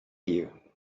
you